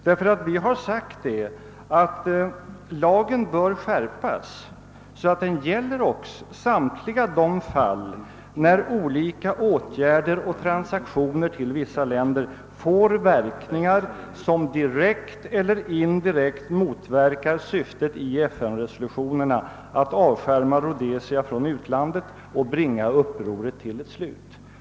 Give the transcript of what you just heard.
Vi har nämligen framhållit, att lagen bör skärpas så att den gäller samtliga de fall då olika åtgärder och transaktioner beträffande vissa länder »får verkningar, som direkt eller indirekt motverkar syftet i FN-resolutionerna att avskärma Rhodesia från utlandet och ”bringa upproret till ett slut».